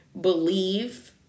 believe